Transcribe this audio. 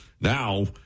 Now